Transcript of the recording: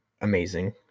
amazing